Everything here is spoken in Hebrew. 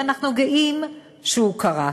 ואנחנו גאים שהוא קרה.